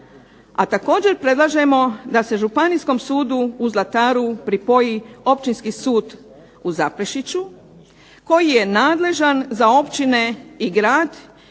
a također predlažemo da se Županijskom sudu u Zlataru pripoji Općinski sud u Zaprešiću, koji je nadležan za općine i grad,